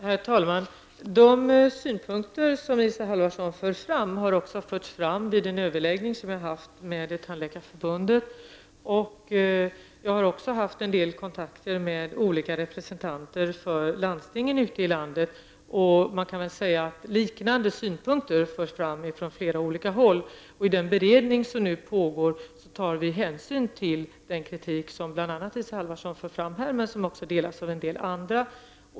Herr talman! De synpunkter som Isa Halvarsson anför har också förts fram vid en överläggning som jag har haft med Tandläkarförbundet. Jag har också haft en del kontakter med olika representanter för landstingen ute i landet. Man kan säga att liknande synpunkter förts fram från olika håll. I den beredning som nu pågår tar vi hänsyn till den kritik som bl.a. Isa Halvarsson för fram här, men som också delas av en del andra.